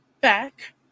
back